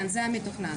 זה המתוכנן.